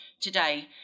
today